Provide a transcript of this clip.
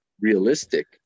realistic